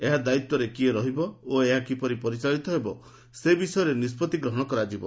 ଏହା ଦାୟିତ୍ୱରେ କିଏ ରହିବ ଓ ଏହା କିପରି ପରିଚାଳିତ ହେବ ସେ ବିଷୟରେ ନିଷ୍ପତ୍ତି ଗ୍ରହଣ କରାଯିବ